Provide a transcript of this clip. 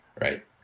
right